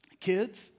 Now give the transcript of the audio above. kids